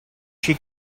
she